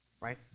Right